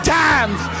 times